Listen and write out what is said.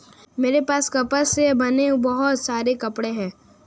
मेरे पास कपास से बने बहुत सारे कपड़े हैं